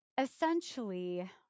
Essentially